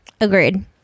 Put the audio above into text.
agreed